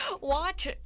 watch